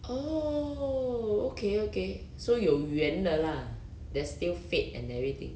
oh okay okay so 有缘的 lah there's still fate and everything